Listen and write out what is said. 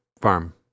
farm